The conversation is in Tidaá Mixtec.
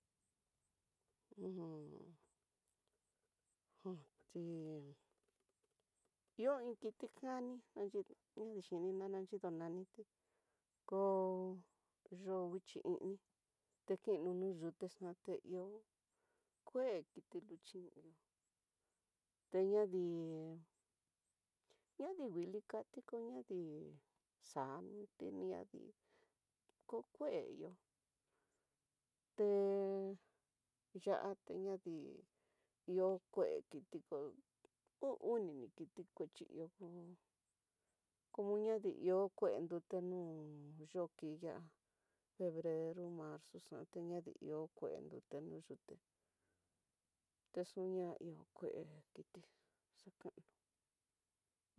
tí ihó iin kiti kani angui na ni xhini nana, nanyido naniti kó yo'o nguichi ini, te kini yute xate ihó kue kiti luxhi ni ihó teñadii ñadi nguili kati kó, ñadii xaniti ñadii ko kue ihó te yati ñadii iho kue kitiko uu oni ni ti cochi ihó, como ñadi ihó kue nrute no'ó yuki ya'á febrero, marzo xati iho kue nrute yute texunia ihó kuete xakanó.